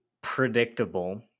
predictable